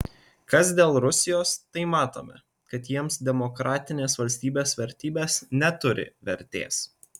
kas dėl rusijos tai matome kad jiems demokratinės valstybės vertybės neturi vertės